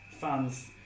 fans